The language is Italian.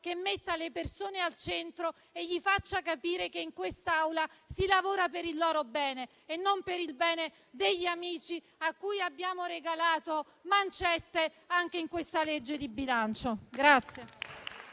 che metta le persone al centro e faccia capire loro che in quest'Aula si lavora per il loro bene e non per il bene degli amici, a cui abbiamo regalato mancette anche in questa legge di bilancio.